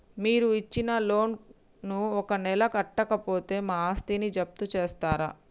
మీరు ఇచ్చిన లోన్ ను ఒక నెల కట్టకపోతే మా ఆస్తిని జప్తు చేస్తరా?